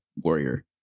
warrior